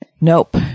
Nope